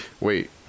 Wait